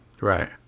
Right